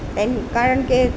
તેનું કારણ કે